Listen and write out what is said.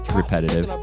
repetitive